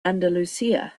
andalusia